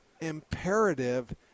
imperative